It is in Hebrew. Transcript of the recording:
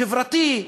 חברתי,